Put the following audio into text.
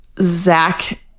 Zach